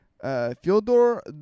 Fyodor